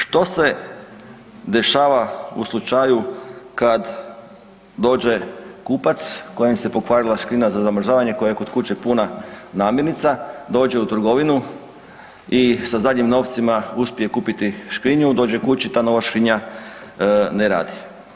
Što se dešava u slučaju kad dođe kupac kojem se pokvarila škrinja za zamrzavanje, koja je kod kuće puna namirnica, dođe u trgovinu i sa zadnjim novcima uspije kupiti škrinju, dođe kući i ta nova škrinja ne radi.